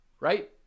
right